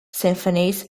symphonies